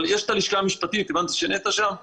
אבל יש את הלשכה המשפטית והבנתי שנטע משתתפת בדיון,